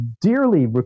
dearly